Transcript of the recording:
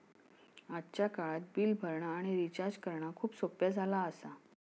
आजच्या काळात बिल भरणा आणि रिचार्ज करणा खूप सोप्प्या झाला आसा